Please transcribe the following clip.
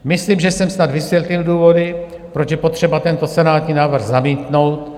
Myslím, že jsem snad vysvětlil důvody, proč je potřeba tento senátní návrh zamítnout.